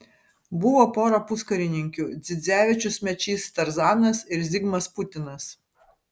buvo pora puskarininkių dzidzevičius mečys tarzanas ir zigmas putinas